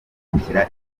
gushyikira